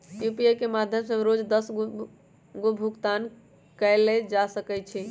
UPI के माध्यम से रोज दस गो भुगतान कयल जा सकइ छइ